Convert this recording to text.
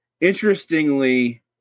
interestingly